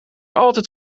altijd